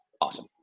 Awesome